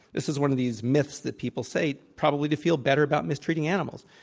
this is one of these myths that people say, probably to feel better about mistreating animals.